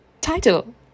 title